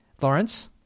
lawrence